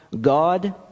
God